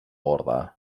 orde